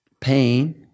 pain